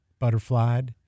butterflied